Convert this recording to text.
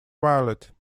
valid